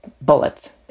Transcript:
bullets